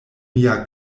mia